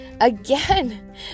Again